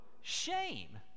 shame